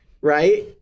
Right